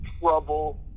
trouble